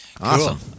Awesome